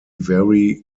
very